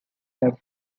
have